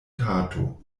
kato